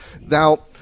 now